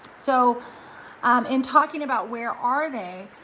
so in talking about where are they,